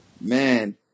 man